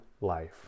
life